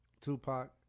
Tupac